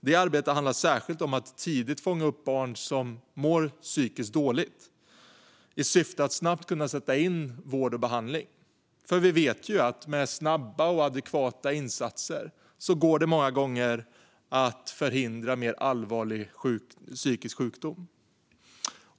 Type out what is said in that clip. Det arbetet handlar särskilt om att tidigt fånga upp barn som mår psykiskt dåligt i syfte att snabbt kunna sätta in vård och behandling, för vi vet att med snabba och adekvata insatser går det många gånger att förhindra mer allvarlig psykisk sjukdom.